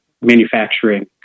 manufacturing